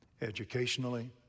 Educationally